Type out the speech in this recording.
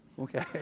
Okay